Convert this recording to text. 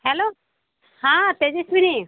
hello हां तेजस्विनी